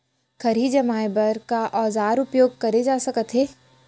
खरही जमाए बर का औजार उपयोग करे जाथे सकत हे?